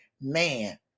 man